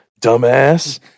Dumbass